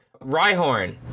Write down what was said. Rhyhorn